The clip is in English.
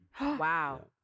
Wow